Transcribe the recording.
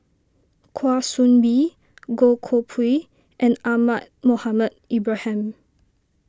Kwa Soon Bee Goh Koh Pui and Ahmad Mohamed Ibrahim